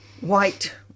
white